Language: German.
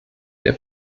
der